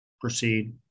proceed